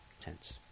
tense